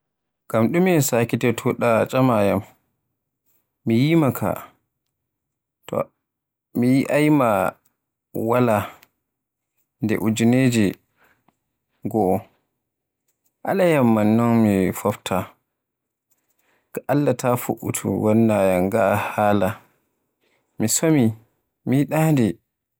Ngam ɗume sakitotoɗa tcamaaya man, mi yi'aymaka tom miyetti ma wala nde ujineje goo. Ala yan man non mi fofta, ga Alla ta fu'utu wannayan kaa haala, mi somi, mi yiɗa nde.